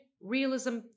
realism